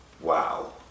wow